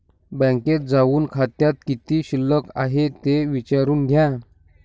बँकेत जाऊन खात्यात किती शिल्लक आहे ते विचारून घ्या